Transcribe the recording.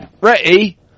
ready